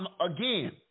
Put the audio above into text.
again